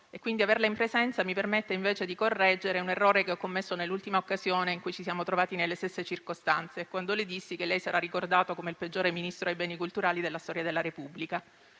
quindi averla in presenza mi permette invece di correggere un errore che ho commesso nell'ultima occasione in cui ci siamo trovati nelle stesse circostanze, quando le dissi che sarebbe stato ricordato come il peggiore Ministro dei beni culturali della storia della Repubblica.